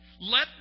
Let